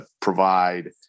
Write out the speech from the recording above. provide